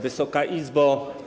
Wysoka Izbo!